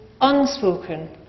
unspoken